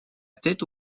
tête